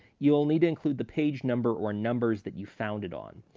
you will need to include the page number or numbers that you found it on.